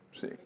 See